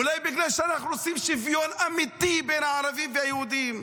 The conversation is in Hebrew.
אולי בגלל שאנחנו רוצים שוויון אמיתי בין הערבים והיהודים?